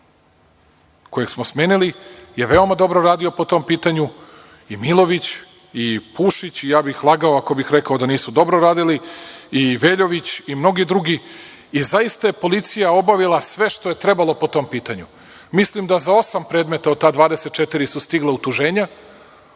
kojeg smo smenili, je veoma dobro radio po tom pitanju, i Milović, i Pušić. Ja bih lagao ako bih rekao da nisu dobro radili, i Veljović i mnogi drugi. Zaista je policija obavila sve što je trebalo po tom pitanju. Mislim da su za tih osam predmeta, od ta 24, stigla utuženja,